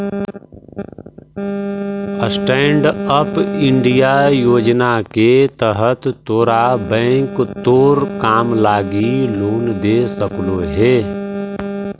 stand up India योजना के तहत तोरा बैंक तोर काम लागी लोन दे सकलो हे